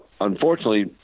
unfortunately